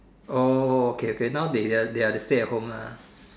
oh okay okay now they they are they stay at home lah